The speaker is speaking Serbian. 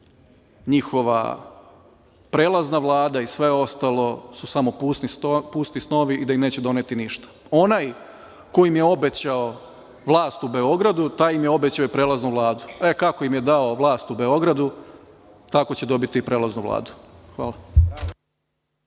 njihova prelazna Vlada i sve ostalo su samo pusti snovi i da im neće doneti ništa. Onaj ko im je obećao vlast u Beogradu, taj im je obećao i prelaznu Vladu. E, kako im je dao vlast u Beogradu, tako će dobiti i prelaznu Vladu. Hvala.